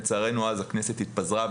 לצערנו הכנסת התפזרה,